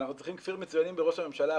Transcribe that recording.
אדוני שמייצג את משרד ראש הממשלה,